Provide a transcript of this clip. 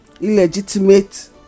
illegitimate